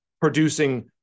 producing